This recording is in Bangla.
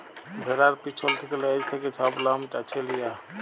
ভেড়ার পিছল থ্যাকে লেজ থ্যাকে ছব লম চাঁছে লিয়া